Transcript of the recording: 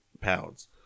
pounds